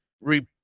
re